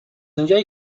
اونجایی